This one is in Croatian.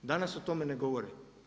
Danas o tome ne govore.